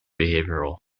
behavioral